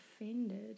offended